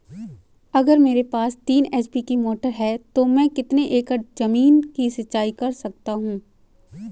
अगर मेरे पास तीन एच.पी की मोटर है तो मैं कितने एकड़ ज़मीन की सिंचाई कर सकता हूँ?